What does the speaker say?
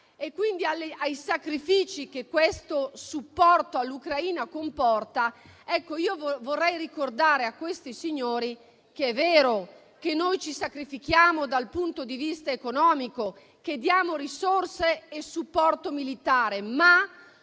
e i sacrifici che questo supporto all'Ucraina comporta, vorrei ricordare loro che è vero che noi ci sacrifichiamo dal punto di vista economico, che diamo risorse e supporto militare, ma